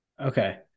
Okay